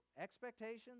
expectations